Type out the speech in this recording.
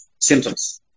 symptoms